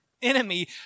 enemy